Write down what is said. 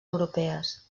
europees